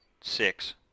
six